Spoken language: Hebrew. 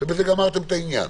ובזה גמרתם את העניין.